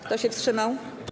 Kto się wstrzymał?